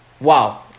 wow